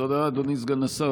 תודה, אדוני סגן השר.